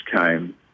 came